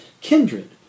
kindred